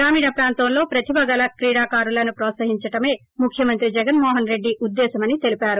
గ్రామీణ ప్రాంతంలో ప్రతిభ గల క్రీడాకారులను ప్రోత్సహించటమే ముఖ్యమంత్రి జగన్ మోహన్ రెడ్డి ఉద్దేశ్యమని తెలిపారు